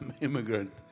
immigrant